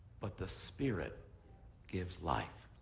but the spirit gives life.